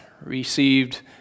received